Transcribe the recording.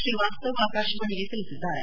ಶ್ರೀವಾಸ್ತವ್ ಆಕಾಶವಾಣಿಗೆ ತಿಳಿಸಿದ್ದಾರೆ